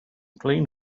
clean